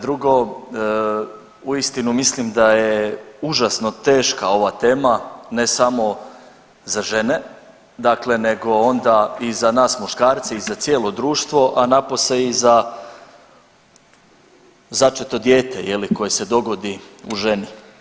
Drugo, uistinu mislim da je užasno teška ova tema, ne samo za žene, dakle nego onda i za nas muškarce i za cijelo društvo, a napose i za začeto dijete je li koje se dogodi u ženi.